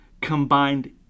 combined